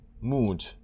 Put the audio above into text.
mood